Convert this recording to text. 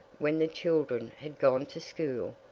when the children had gone to school,